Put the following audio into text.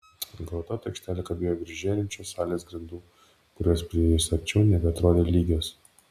grotuota aikštelė kabėjo virš žėrinčių salės grindų kurios priėjus arčiau nebeatrodė lygios